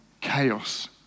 chaos